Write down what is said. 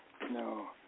No